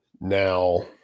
Now